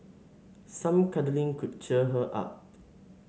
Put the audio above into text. some cuddling could cheer her up